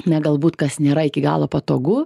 na galbūt kas nėra iki galo patogu